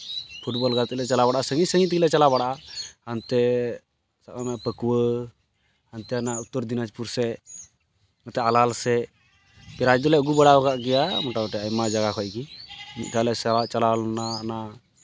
football ᱜᱟᱛᱮᱜ ᱞᱮ ᱪᱟᱞᱟᱜ ᱵᱟᱲᱟᱜᱼᱟ ᱥᱟᱺᱜᱤᱧ ᱥᱟᱺᱜᱤᱧ ᱛᱮᱜᱮᱞᱮ ᱪᱟᱞᱟᱣ ᱵᱟᱲᱟᱜᱼᱟ ᱦᱟᱱᱛᱮ ᱯᱟᱹᱠᱩᱣᱟᱹ ᱦᱟᱱᱛᱮ ᱚᱱᱟ ᱩᱛᱛᱚᱨ ᱫᱤᱱᱟᱡᱽᱯᱩᱨ ᱥᱮᱫ ᱱᱚᱛᱮ ᱟᱞᱟᱜ ᱥᱮᱜ ᱯᱨᱟᱭᱤᱡᱽ ᱫᱚᱞᱮ ᱟᱹᱜᱩ ᱵᱟᱲᱟ ᱠᱟᱜ ᱜᱮᱭᱟ ᱢᱳᱴᱟᱢᱩᱴᱤ ᱟᱭᱢᱟ ᱡᱟᱭᱜᱟ ᱠᱷᱚᱡ ᱜᱮ ᱢᱤᱫ ᱫᱷᱟᱣ ᱞᱮ ᱪᱟᱞᱟᱣ ᱞᱮᱱᱟ ᱚᱱᱟ